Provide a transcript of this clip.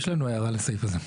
יש לנו הערה לסעיף הזה.